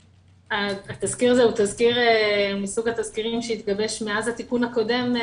התזכיר הזה הוא מסוג התזכירים שהתגבש מאז התיקון הקודם.